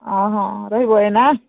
ଅ ହଁ ରହିବ ଏଇନା